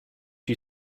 you